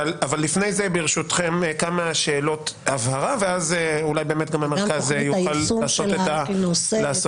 לפני זה ברשותכם כמה שאלות הבהרה ואז אולי המרכז יוכל לעשות